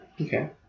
Okay